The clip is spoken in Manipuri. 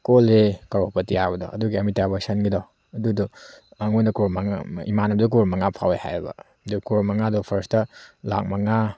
ꯀꯣꯜꯂꯦ ꯀꯔꯣꯔ ꯄꯇꯤ ꯍꯥꯏꯕꯗꯣ ꯑꯗꯨꯒꯤ ꯑꯃꯤꯇꯥꯕꯁꯟꯒꯤꯗꯣ ꯑꯗꯨꯗꯣ ꯃꯉꯣꯟꯗ ꯀ꯭ꯔꯣꯔ ꯃꯉꯥ ꯏꯃꯥꯅꯕꯗ ꯀ꯭ꯔꯣꯔ ꯃꯉꯥ ꯐꯥꯎꯑꯦ ꯍꯥꯏꯌꯦꯕ ꯑꯗꯨ ꯀ꯭ꯔꯣꯔ ꯃꯉꯥꯗꯨ ꯐꯥꯔ꯭ꯁꯇ ꯂꯥꯛ ꯃꯉꯥ